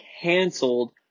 canceled